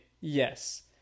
Yes